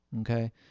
Okay